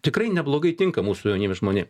tikrai neblogai tinka mūsų jauniem žmonėm